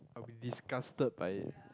disgusted by it